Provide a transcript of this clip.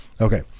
Okay